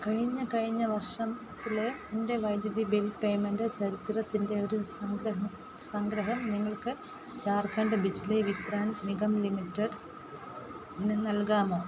കഴിഞ്ഞ കഴിഞ്ഞ വർഷത്തിലെ എൻ്റെ വൈദ്യുതി ബിൽ പേയ്മെൻ്റ് ചരിത്രത്തിൻ്റെ ഒരു സംഗ്രഹം സംഗ്രഹം നിങ്ങൾക്ക് ജാർഖണ്ഡ് ബിജ്ലി വിത്രാൻ നിഗം ലിമിറ്റഡ്ന് നൽകാമോ